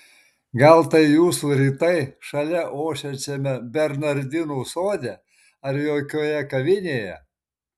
gal tai jūsų rytai šalia ošiančiame bernardinų sode ar jaukioje kavinėje